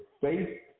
faith